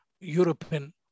European